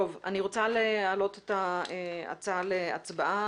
אני רוצה להעלות את ההצעה להצבעה.